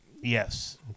Yes